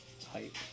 type